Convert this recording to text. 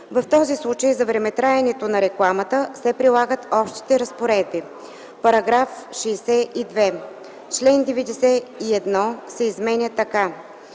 В този случай за времетраенето на рекламата се прилагат общите разпоредби.” „§ 62. Член 91 се изменя така: